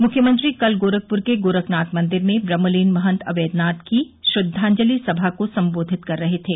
मुख्यमंत्री कल गोरखपुर के गोरखनाथ मंदिर में ब्रह्मलीन महंत अवेद्यनाथ की श्रद्वांजलि सभा को सम्बोधित कर रहे थे